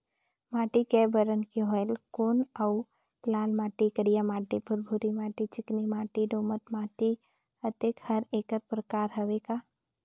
माटी कये बरन के होयल कौन अउ लाल माटी, करिया माटी, भुरभुरी माटी, चिकनी माटी, दोमट माटी, अतेक हर एकर प्रकार हवे का?